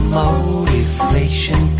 motivation